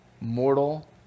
mortal